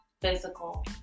Physical